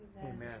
Amen